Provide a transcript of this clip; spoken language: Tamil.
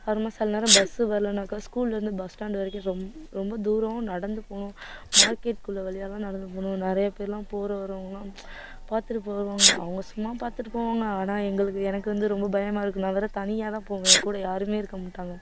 அப்புறமா சில நேரம் பஸ்ஸு வரலேன்னாக்கா ஸ்கூல்லேருந்து பஸ் ஸ்டாண்டு வரைக்கும் ரொம்ப ரொம்ப தூரம் நடந்து போகணும் மார்க்கெட்குள்ளே வழியாகலாம் நடந்து போகணும் நிறையா பேர்லாம் போகிற வர்றவங்க எல்லாம் பார்த்துட்டு போவாங்க அவங்க சும்மா பார்த்துட்டு போவாங்க ஆனால் எங்களுக்கு எனக்கு வந்து ரொம்ப பயமாக இருக்கும் நான் வேற தனியாக தான் போவேன் கூட யாரும் இருக்க மாட்டாங்க